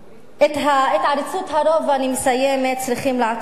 את עריצות הרוב אני מסיימת, צריכים לעצור.